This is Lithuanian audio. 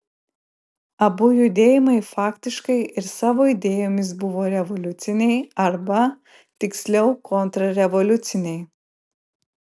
abu judėjimai faktiškai ir savo idėjomis buvo revoliuciniai arba tiksliau kontrrevoliuciniai